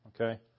Okay